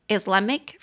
Islamic